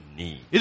need